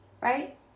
right